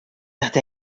dat